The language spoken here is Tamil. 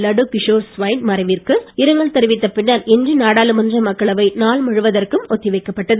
லடு கிஷோர் ஸ்வைன் மறைவிற்கு இரங்கல் தெரிவித்த பின்னர் இன்று நாடாளுமன்ற மக்களவை நாள் முழுவதற்கு ஒத்திவைக்கப்பட்டது